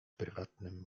prywatnym